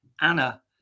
Anna